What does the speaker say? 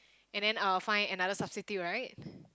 and then uh find another substitute right